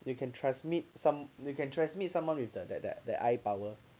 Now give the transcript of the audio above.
you can transmit some you can transmit someone with the that that the eye power